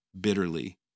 bitterly